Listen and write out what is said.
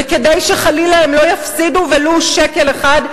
וכדי שחלילה הן לא יפסידו ולו שקל אחד,